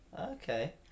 Okay